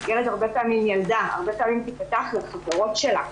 ילדה הרבה פעמים תפתח לחברות שלה.